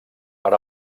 per